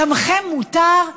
דמכם מותר?